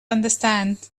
understand